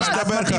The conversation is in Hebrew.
מי נמנע?